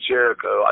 Jericho